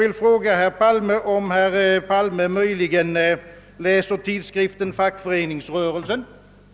Läser herr Palme möjligen tidskriften Fackföreningsrörelsen?